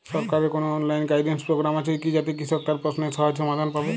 সরকারের কোনো online guidance programme আছে কি যাতে কৃষক তার প্রশ্নের সহজ সমাধান পাবে?